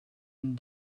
and